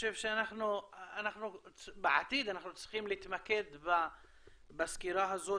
חושב שאנחנו בעתיד צריכים להתמקד בסקירה הזאת